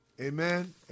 Amen